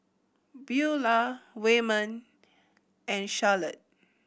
Buelah Wayman and Charolette